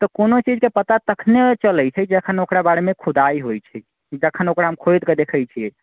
तऽ कोनो चीजके पता तखने चलैत छै जखन ओकरा बारेमे खुदाइ होइत छै जखन ओकरा खोदिके देखैत छिऐ